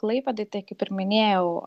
klaipėdoj tai kaip ir minėjau